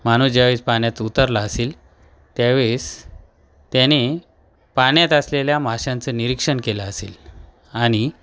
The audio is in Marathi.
माणूस ज्यावेळेस पाण्यात उतरला असेल त्यावेळेस त्याने पाण्यात असलेल्या माशांचं निरीक्षण केलं असेल आणि